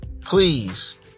please